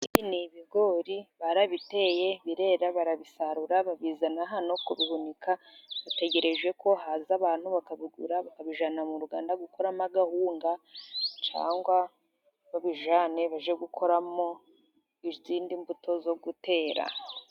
Ibi ni ibigori, barabiteye birera, barabisarura babizana hano kubihunika, bategereje ko haza abantu bakabigura, bakabijyana mu ruganda, gukoramo akawunga cyangwa babijyane baje gukoramo izindi mbuto zo gutera.